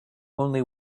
only